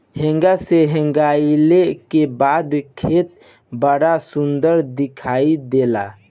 हेंगा से हेंगईले के बाद खेत बड़ा सुंदर दिखाई देला